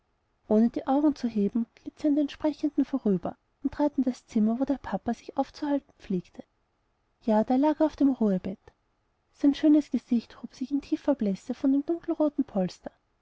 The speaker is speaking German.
ohne die augen zu heben glitt sie an den sprechenden vorüber und trat in das zimmer wo der papa sich aufzuhalten pflegte ja da lag er auf dem ruhebett sein schönes gesicht hob sich in tiefer blässe von dem dunkelroten polster